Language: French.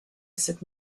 cette